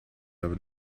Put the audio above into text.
have